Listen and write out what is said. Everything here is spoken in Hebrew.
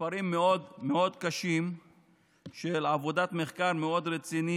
מספרים מאוד מאוד קשים של עבודת מחקר מאוד רציני